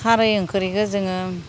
खारै ओंख्रिखौ जोङो